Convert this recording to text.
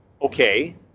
Okay